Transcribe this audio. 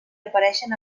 apareixen